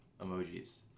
emojis